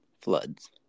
floods